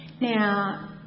Now